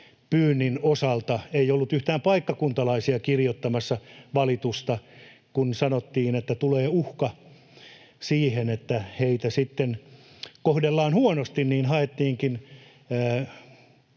karhunpyynnin osalta ei ollut yhtään paikkakuntalaisia kirjoittamassa valitusta: kun sanottiin, että tulee uhka sille, että heitä sitten kohdellaan huonosti, niin haettiinkin